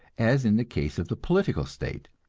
as in the case of the political state.